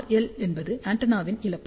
L என்பது ஆண்டெனாவின் இழப்புகள்